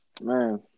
Man